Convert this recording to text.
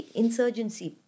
insurgency